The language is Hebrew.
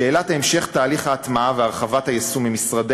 שאלת המשך תהליך ההטמעה והרחבת היישום עם משרדי